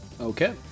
Okay